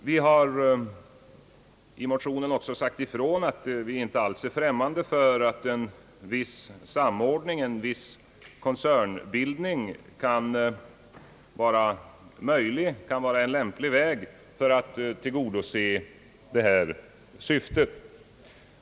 Vi har i motionen också sagt ifrån att vi inte alls är främmande för att en viss samordning, en viss koncernbildning, kan vara en lämplig väg för att tillgodose detta syfte.